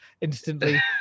instantly